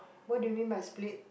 what do you mean by split